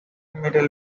metal